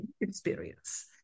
experience